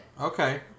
Okay